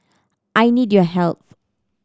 I need your help